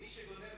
מי שגונב